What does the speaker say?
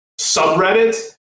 subreddit